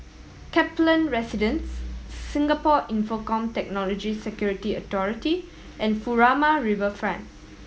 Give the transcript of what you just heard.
Kaplan Residence Singapore Infocomm Technology Security Authority and Furama Riverfront